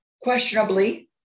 questionably